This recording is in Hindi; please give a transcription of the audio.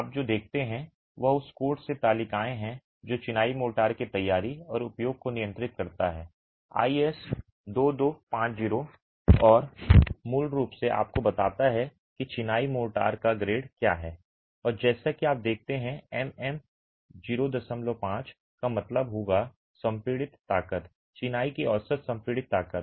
आप जो देखते हैं वह उस कोड से तालिकाएँ हैं जो चिनाई मोर्टार की तैयारी और उपयोग को नियंत्रित करता है आईएस 2250 और मूल रूप से आपको बताता है कि चिनाई मोर्टार का ग्रेड क्या है और जैसा कि आप देखते हैं कि एमएम 05 का मतलब होगा संपीड़ित ताकत चिनाई की औसत संपीड़ित ताकत